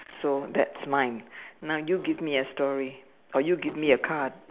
so that's mine now you give me a story or you give me a card